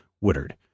Woodard